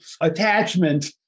attachment